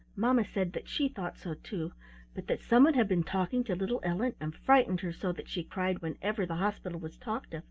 mamma said that she thought so too but that someone had been talking to little ellen, and frightened her so that she cried whenever the hospital was talked of,